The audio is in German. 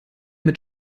mit